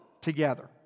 together